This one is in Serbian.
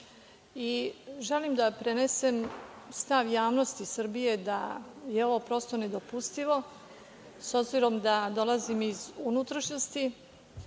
Želim da prenesem stav javnosti Srbije da je ovo prosto nedopustivo, s obzirom da dolazim iz unutrašnjosti,